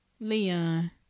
Leon